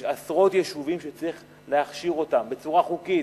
יש עשרות יישובים שצריך להכשיר אותם, בצורה חוקית.